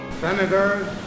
Senators